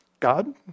God